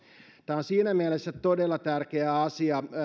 tämä on siinä mielessä todella tärkeä asia